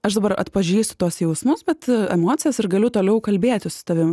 aš dabar atpažįstu tuos jausmus bet emocijas ir galiu toliau kalbėtis su tavim